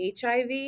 HIV